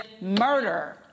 murder